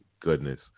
goodness